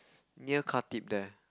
near Khatib there